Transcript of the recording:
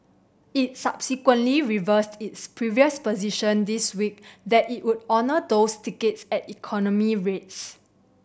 it subsequently reversed its previous position this week that it would honour those tickets at economy rates